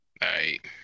right